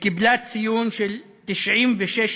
וקיבלה ציון של 96.7,